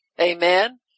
Amen